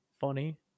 funny